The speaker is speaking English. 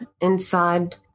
inside